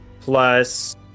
plus